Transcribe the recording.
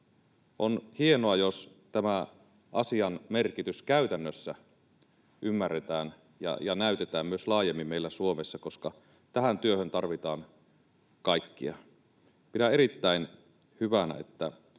On hienoa, jos tämä asian merkitys käytännössä ymmärretään ja näytetään myös laajemmin meillä Suomessa, koska tähän työhön tarvitaan kaikkia. Pidän erittäin hyvänä, että